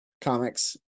comics